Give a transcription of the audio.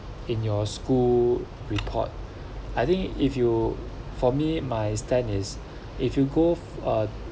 in your school report I think if you for me my stand is if you go uh